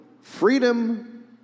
freedom